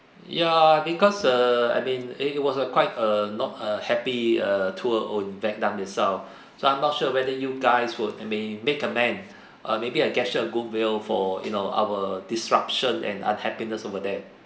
ya because err I mean it it was a quite a not a happy a tour on vietnam itself so I'm not sure whether you guys would I mean make amend uh maybe a gesture of goodwill for you know our disruption and unhappiness over there